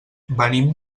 venim